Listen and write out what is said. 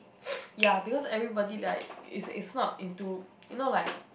ya because everybody like is is not into you know like